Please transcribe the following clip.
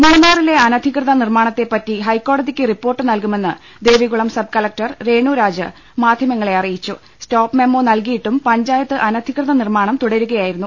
മൂന്നാറിലെ അനധികൃത നിർമ്മാണത്തെപ്പറ്റി ഹൈക്കോട തിക്ക് റിപ്പോർട്ട് നൽകുമെന്ന് ദേവികുളം സബ് കലക്ടർ രേണുരാജ് മാധ്യമങ്ങളെ അറിയിച്ചു സ്റ്റോപ് മെമ്മോ നൽകി യിട്ടും പഞ്ചായത്ത് അനധികൃതൃ നിർമ്മാണം തുടരുകയായി രുന്നു